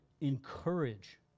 encourage